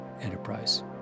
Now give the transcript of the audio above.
enterprise